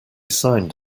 signed